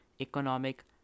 economic